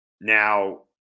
now